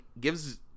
gives